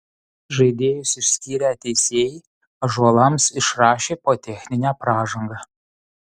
žaidėjus išskyrę teisėjai ąžuolams išrašė po techninę pražangą